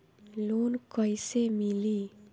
Loan कइसे मिली?